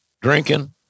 drinking